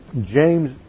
James